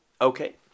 Okay